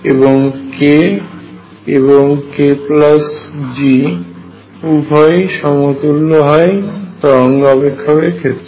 এবং k এবং kG উভয়েই সমতুল্য হয় তরঙ্গ অপেক্ষকের ক্ষেত্রে